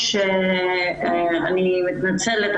אני מתנצלת,